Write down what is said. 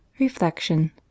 Reflection